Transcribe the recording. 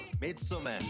Midsummer